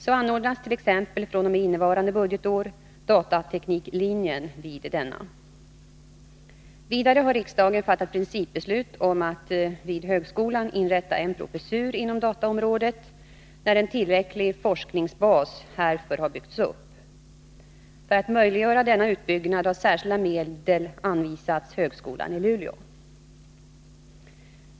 Så anordnas t, ex, fr.o.m. innevarande budgetår datatekniklinjen vid denna högskola, Vidare har riksdagen fattat principbeslut om att vid högskolan inrätta en professur inom dataområdet när en tillräcklig forskningsbas härför har byggts upp. För att möjliggöra denna uppbyggnad har särskilda medel anvisats högskolan i Luleå.